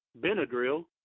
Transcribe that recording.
Benadryl